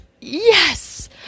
Yes